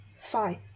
fine